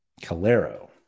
Calero